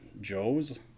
joes